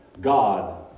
God